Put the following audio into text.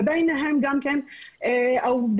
אין לנו עד היום חשמל.